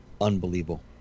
unbelievable